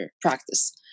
practice